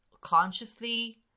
consciously